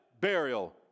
burial